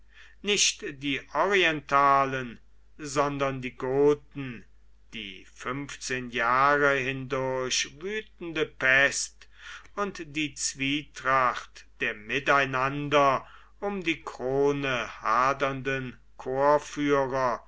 nicht die orientalen sondern die goten die fünfzehn jahre hindurch wütende pest und die zwietracht der miteinander um die krone hadernden